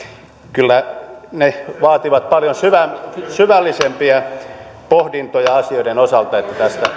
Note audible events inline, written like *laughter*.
kyllä ne vaativat paljon syvällisempiä pohdintoja asioiden osalta että tästä *unintelligible*